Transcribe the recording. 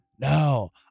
No